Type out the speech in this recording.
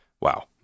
wow